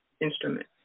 instrument